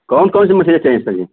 कौन कौन सी मछली चाहिए सर जी